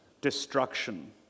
destruction